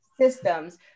systems